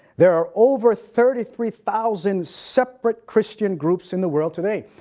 there are over thirty three thousand separate christian groups in the world today.